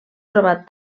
trobat